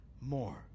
more